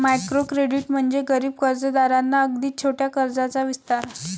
micro credit म्हणजे गरीब कर्जदारांना अगदी छोट्या कर्जाचा विस्तार